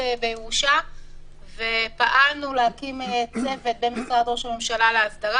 בירושה ופעלנו להקים צוות במשרד ראש הממשלה להסדרה